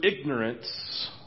ignorance